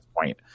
point